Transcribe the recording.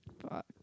Fuck